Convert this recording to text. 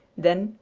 then,